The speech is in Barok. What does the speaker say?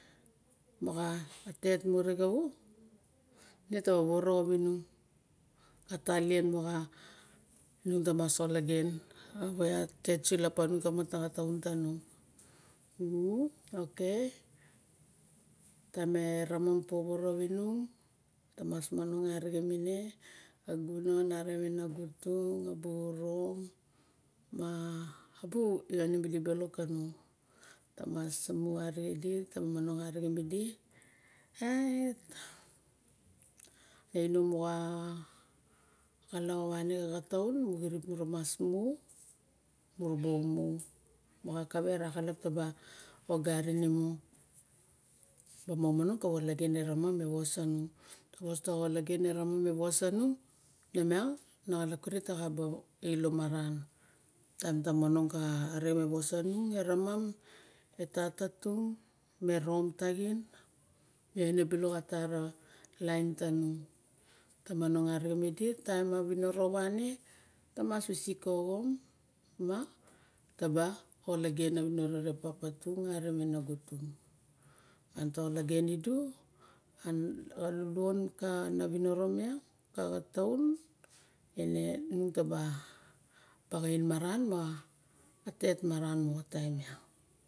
Moxa tet mure xa wu ne taba woworo rawinung. A talien moxa ine tamas olagen. Ine tet sulap panung ka mata xataun tanung ok taim e ramam bu poworo rawinung tamas manong arixem ine xa gunon arixem e nago tungi ma bu rom ma bu oine bilok kanung. Tamas mu arixedi ta manong arixem idi ione na xa xalap awane xa xataun ra xalap taba ogarin imu. Mura monong kawa olagen eramam me wosanung nemian ana xalap kirip taxaba ilo maran. Tain ta manong arixem weasangung e ramam e tata tung me rom taxin me ione bilok a tara lain tanung tamanong arixem idi taim a winiro wane tamas wisik ka oxom ma taba olagen winiro re papa tung arixem e nago tung. Miang ta olagen idu xalaluan kana viniro miang ka xataun ine inun taba baxain maran ma tat maran xa taim miang.